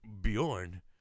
Bjorn